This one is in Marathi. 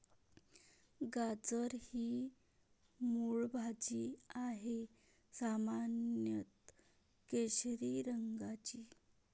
गाजर ही मूळ भाजी आहे, सामान्यत केशरी रंगाची